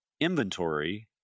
inventory